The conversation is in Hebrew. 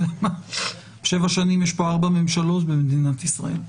בשבע שנים יש ארבע ממשלות במדינת ישראל.